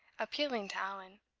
appealing to allan.